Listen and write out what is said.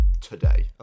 today